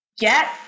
get